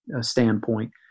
standpoint